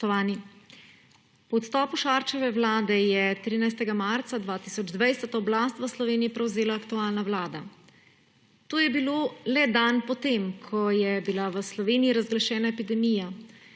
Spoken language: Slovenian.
odstopu Šarčeve vlade je 13. marca 2020 oblast v Sloveniji prevzela aktualna vlada. To je bilo le dan potem, ko je bila v Sloveniji razglašena epidemija.